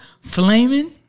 Flaming